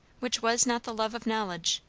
which was not the love of knowledge,